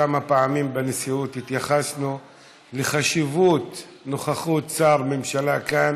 כמה פעמים בנשיאות התייחסנו לחשיבות הנוכחות של שר ממשלה כאן